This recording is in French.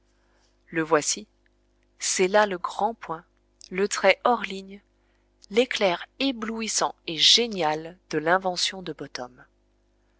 le voici c'est là le grand point le trait hors ligne l'éclair éblouissant et génial de l'invention de bottom